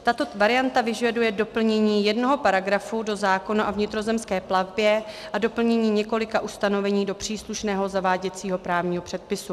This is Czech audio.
Tato varianta vyžaduje doplnění jednoho paragrafu do zákona o vnitrozemské plavbě a doplnění několika ustanovení do příslušného zaváděcího právního předpisu.